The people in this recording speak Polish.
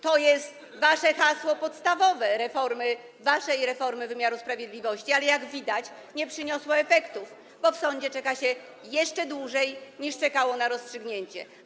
To jest wasze hasło podstawowe waszej reformy wymiaru sprawiedliwości, ale, jak widać, nie przyniosło to efektów, bo w sądzie czeka się jeszcze dłużej, niż czekało, na rozstrzygnięcie.